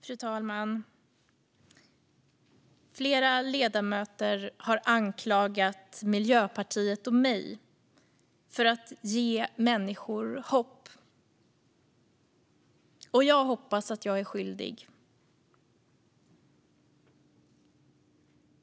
Fru talman! Flera ledamöter har anklagat Miljöpartiet och mig för att ge människor hopp. Jag hoppas att jag är skyldig.